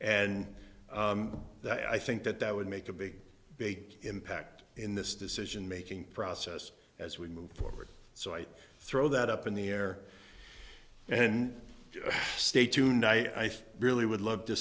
and i think that that would make a big big impact in this decision making process as we move forward so i throw that up in the air and stay tuned i really would love to